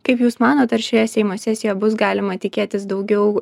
kaip jūs manot ar šioje seimo sesijoje bus galima tikėtis daugiau